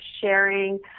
sharing